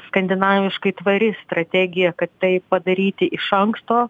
skandinaviškai tvari strategija kad tai padaryti iš anksto